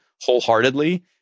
wholeheartedly